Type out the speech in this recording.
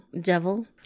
devil